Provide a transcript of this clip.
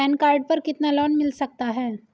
Pan card पर कितना loan मिल सकता है?